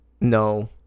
No